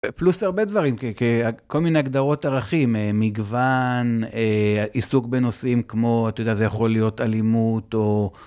פלוס הרבה דברים, כל מיני הגדרות ערכים: מגוון, עיסוק בנושאים כמו, אתה יודע, זה יכול להיות אלימות או...